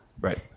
Right